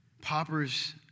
paupers